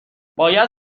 باید